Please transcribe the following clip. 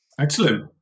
Excellent